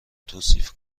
توصیف